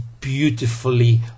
beautifully